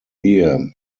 ear